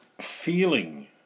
feeling